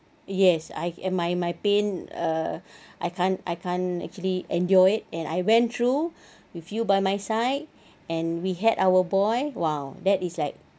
yes I and my my pain err I can't I can't actually enjoy it and I went through with you by my side and we had our boy !wow! that is like